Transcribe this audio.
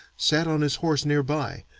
sat on his horse near by,